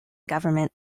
government